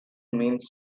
means